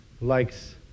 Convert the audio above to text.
likes